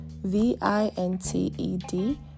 v-i-n-t-e-d